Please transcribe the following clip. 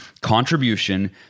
contribution